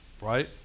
Right